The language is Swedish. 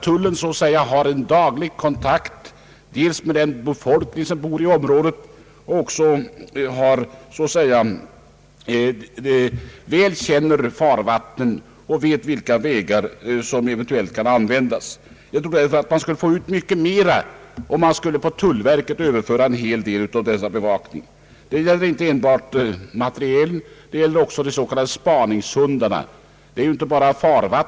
Tullen däremot har en daglig kontakt med den befolkning som bor i området längs kusten, den känner väl till farvattnen och vet vilka vägar som eventuellt kan användas av smugglarna. Man skulle nog få ut mycket mera, om tullverket skulle överta en hel del av denna bevakning. Det gäller inte enbart materielen, det gäller också de s.k. narkotikahundarna.